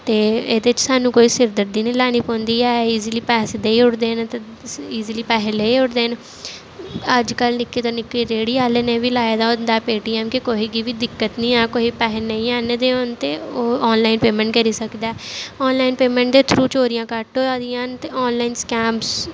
ते एह्दे च सानूं कोई सिर दर्दी निं लैनी पौंदी ऐ ईजली पैसे देई ओड़दे न ते ईजली पैसे लेई ओड़दे न अज्जकल निक्के तो निक्के रेह्ड़ी आह्ले ने बी लाए दा होंदा ऐ पे टी ऐम कि कुसै गी बी दिक्कत निं ऐ कोले कोल पैहे नेईं होन ते ओह् आनलाइन पेमैंट करी सकदा ऐ आनलाइन पेमैंट दे थ्रू चोरियां घट्ट होआ दियां न ते आनलाइन स्कैमस